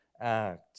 act